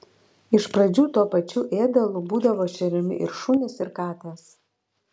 iš pradžių tuo pačiu ėdalu būdavo šeriami ir šunys ir katės